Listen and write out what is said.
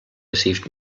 received